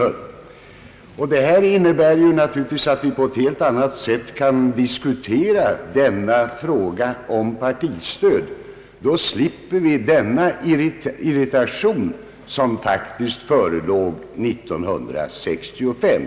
Förändringen innebär naturligtvis att vi i dag på ett helt annat sätt och från andra utgångspunkter kan diskutera frågan om partistöd och att vi slipper den irritation som faktiskt förelåg 1965.